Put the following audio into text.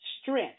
strength